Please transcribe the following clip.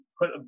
put